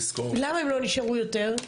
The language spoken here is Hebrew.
צריך לזכור --- למה הם לא נשארו יותר?